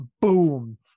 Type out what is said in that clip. boom